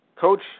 coach